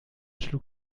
schlug